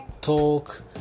talk